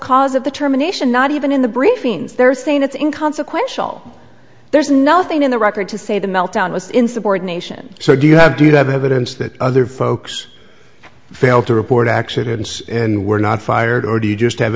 cause of the termination not even in the briefings they're saying it's in consequential there's nothing in the record to say the meltdown was insubordination so do you have do you have evidence that other folks failed to report accidents and were not fired or do you just have